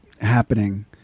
happening